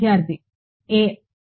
విద్యార్థి a